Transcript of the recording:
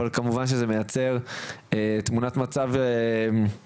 אבל כמובן שזה מייצר תמונת מצב מורכבת,